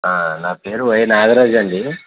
నా పేరు వై నాగరాజ్ అండి